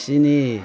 स्नि